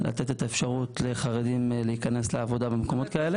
לתת אפשרות לחרדים להיכנס לעבודה במקומות האלה.